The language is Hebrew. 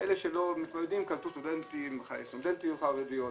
כאלה שלא מתמודדים, קלטו סטודנטיות חרדיות.